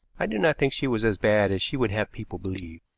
i do not think she was as bad as she would have people believe.